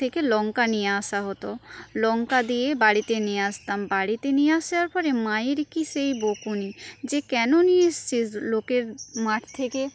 লংকা নিয়ে আসা হত লংকা দিয়ে বাড়িতে নিয়ে আসতাম বাড়িতে নিয়ে আসার পরে মায়ের কি সেই বকুনি যে কেন নিয়ে এসেছিস লোকের মাঠ থেকে